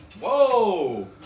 whoa